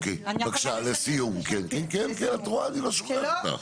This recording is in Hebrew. אוקיי בבקשה לסיום כן כן את רואה אני לא שוכח אותך.